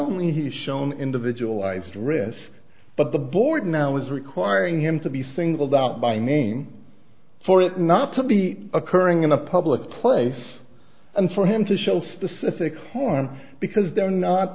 only has shown individual lives risk but the board now is requiring him to be singled out by name for it not to be occurring in a public place and for him to shell specific harm because they are not